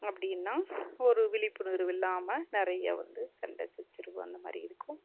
அப்படின்னா ஒரு விழிப்புணர்வு இல்லாமல் நிறைய வந்து சண்டை சச்சரவு அந்த மாதிரி இருக்கும்